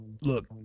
Look